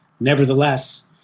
Nevertheless